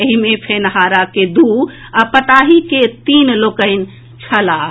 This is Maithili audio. एहि मे फेनहारा के दू आ पताही के तीन लोकनि छलाह